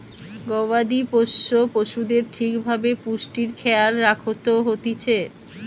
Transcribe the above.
গবাদি পোষ্য পশুদের ঠিক ভাবে পুষ্টির খেয়াল রাখত হতিছে